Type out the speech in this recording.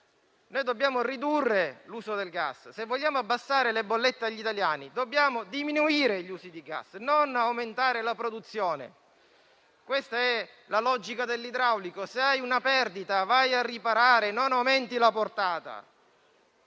Dobbiamo ridurre l'uso del gas. Se vogliamo abbassare il costo delle bollette agli italiani, dobbiamo diminuire gli usi del gas e non aumentarne la produzione. Questa è la logica dell'idraulico: se hai una perdita, vai a riparare il danno e non ad